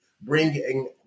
bringing